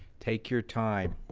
take your time